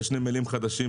יש נמלים חדשים,